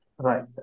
Right